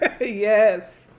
Yes